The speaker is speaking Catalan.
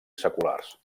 seculars